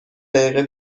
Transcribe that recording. دقیقه